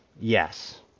Yes